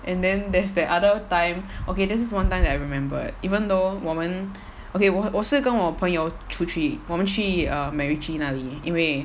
and then there's that other time okay this is one time that I remember even though 我们 okay 我是跟我朋友出去我们去 err macritchie 那里因为